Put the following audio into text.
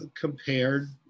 compared